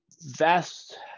vast